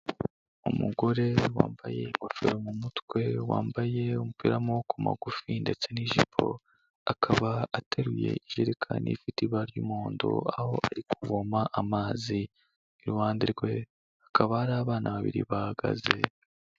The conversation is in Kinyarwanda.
Umugore wambaye ingofero mu mutwe, wambaye umupira w'amaboko magufi ndetse n'ijipo, akaba ateruye ijerekani ifite ibara ry'umuhondo, aho ari kuvoma amazi, iruhande rwe hakaba hari abana babiri bahagaze.